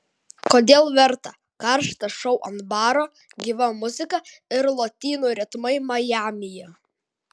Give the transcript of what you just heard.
kodėl verta karštas šou ant baro gyva muzika ir lotynų ritmai majamyje